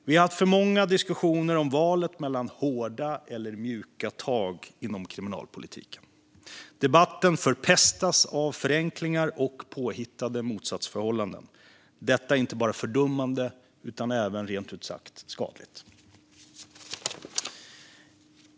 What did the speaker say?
Vi har haft för många diskussioner om valet mellan hårda och mjuka tag i kriminalpolitiken. Debatten förpestas av förenklingar och påhittade motsatsförhållanden. Det är inte bara fördummande utan även skadligt.